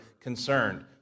concerned